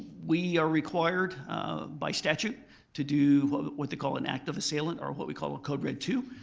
we are required by statute to do what they call an active assailant, or what we call a code red two,